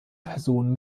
person